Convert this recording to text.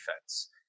defense